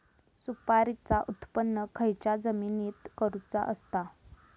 सुपारीचा उत्त्पन खयच्या जमिनीत करूचा असता?